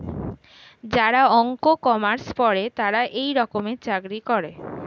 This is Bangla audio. যারা অঙ্ক, কমার্স পরে তারা এই রকমের চাকরি করে